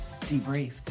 debriefed